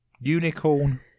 Unicorn